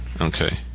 Okay